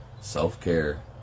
self-care